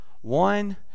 one